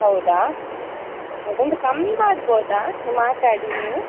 ಹೌದಾ ಒಂದು ಕಮ್ಮಿ ಮಾಡ್ಬೋದ ಮಾತಾಡಿ ನೀವು